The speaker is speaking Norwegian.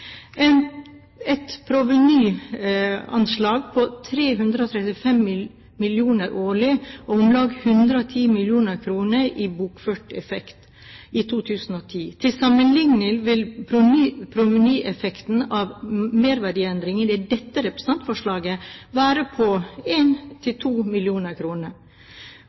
et provenyanslag på 335 mill. kr årlig og om lag 110 mill. kr i bokført effekt i 2010. Til sammenligning vil provenyeffekten av merverdiendringene i representantforslaget være på